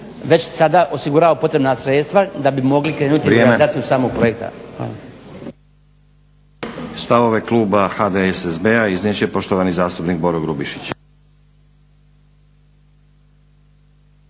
već sada osigurao potrebna sredstva da bi mogli krenuti … /Upadica: Vrijeme./